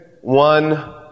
one